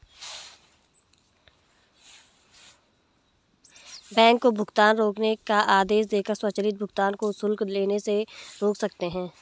bank को भुगतान रोकने का आदेश देकर स्वचालित भुगतान को शुल्क लेने से रोक सकते हैं